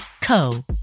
.co